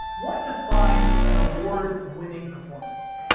what defines an award-winning performance?